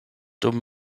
dum